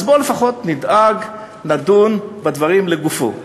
אז בואו לפחות נדון בדברים לגופם.